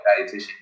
dietitian